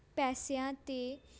ਪੈਸਿਆਂ 'ਤੇ